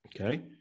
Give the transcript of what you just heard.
okay